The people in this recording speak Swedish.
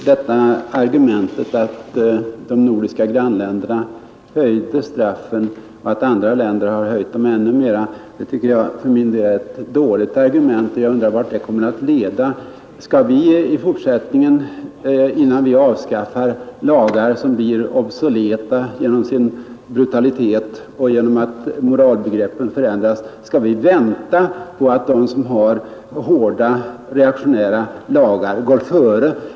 Herr talman! Att de nordiska grannländerna höjt straffen och att andra länder har höjt dem ännu mera tycker jag är ett dåligt argument. Jag undrar vart det kommer att leda. Skall vi i fortsättningen, innan vi avskaffar lagar som blir obsoleta genom sin brutalitet och genom att moralregler förändras, vänta på att de som har ännu hårdare och reaktionärare lagar går före?